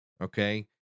Okay